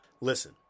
Listen